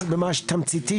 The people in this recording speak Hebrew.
אז ממש תמציתי,